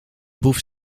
boef